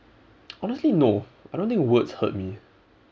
honestly no I don't think words hurt me